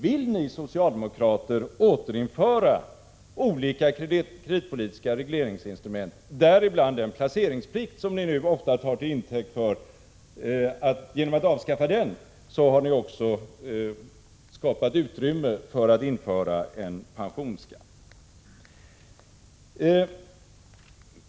Vill ni socialdemokrater återinföra olika kreditpolitiska regleringsinstrument, däribland den placeringsplikt genom vars avskaffande ni ofta hävdar er ha skapat utrymme för att införa en pensionsskatt?